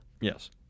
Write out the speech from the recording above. Yes